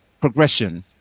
progression